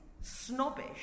snobbish